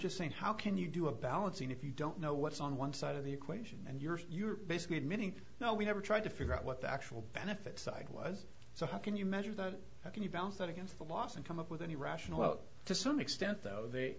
just saying how can you do a balancing if you don't know what's on one side of the equation and you're you're basically admitting now we never tried to figure out what the actual benefit side was so how can you measure that can you balance that against a loss and come up with any rational out to some extent though the